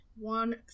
one